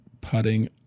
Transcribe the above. putting